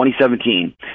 2017